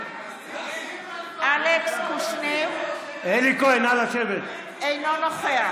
אלכס קושניר, אינו נוכח